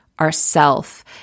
ourself